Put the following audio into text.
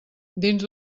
dins